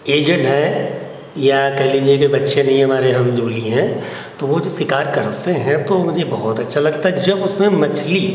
aged हैं या कह लीजिए कि बच्चे नहीं हमारे हमजोली हैं तो वह जो शिकार करते हैं तो मुझे बहुत अच्छा लगता है जब उसमें मछली